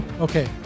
Okay